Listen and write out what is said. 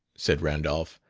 said randolph,